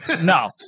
No